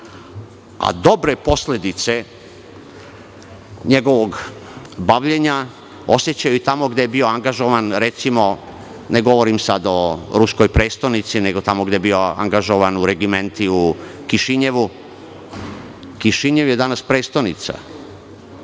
a dobre posledice njegovog bavljenja osećaju tamo gde je bio angažovan, recimo, ne govorim sada o ruskoj prestonici nego tamo gde je bio angažovan u regimentiju Kišinjevu. Kišinjev je danas prestonica,